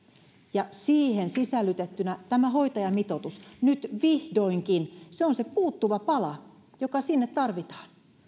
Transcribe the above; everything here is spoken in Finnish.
ja siihen sisällytettynä tämä hoitajamitoitus nyt vihdoinkin on se puuttuva pala joka sinne tarvitaan